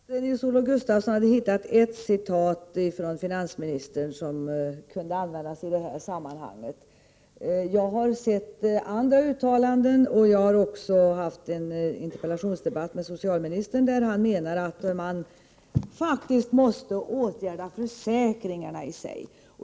Herr talman! Det var ju skönt att Nils-Olof Gustafsson hade hittat ett citat från finansministern som kunde användas i det här sammanhanget. Jag har sett andra uttalanden, och jag har också haft en interpellationsdebatt med socialministern där han menade att man faktiskt måste åtgärda försäkringarna i sig.